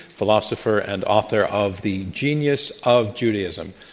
philosopher and author of the genius of judaism.